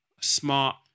smart